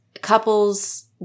couples